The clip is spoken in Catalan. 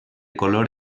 color